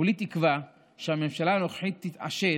כולי תקווה שהממשלה הנוכחית תתעשת,